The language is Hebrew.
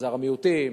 מגזר המיעוטים,